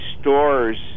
stores